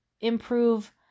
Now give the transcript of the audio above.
improve